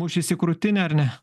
mušis į krūtinę ar ne